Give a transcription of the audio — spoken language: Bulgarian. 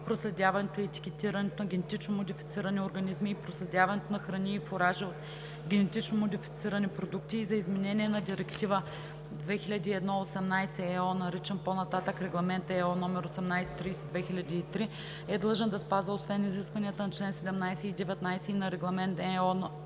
проследяването и етикетирането на генетично модифицирани организми и проследяването на храни и фуражи от генетично модифицирани продукти и за изменение на Директива 2001/18/ЕО, наричан по-нататък „Регламент (ЕО) № 1830/2003“ е длъжен да спазва освен изискванията на чл. 17 и 19, и на Регламент (ЕО) № 1829/2003